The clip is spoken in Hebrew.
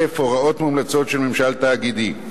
1. הוראות מומלצות של ממשל תאגידי,